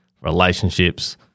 relationships